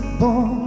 born